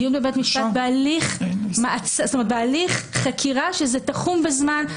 הדיון בבית משפט בהליך חקירה שהוא תחום בזמן,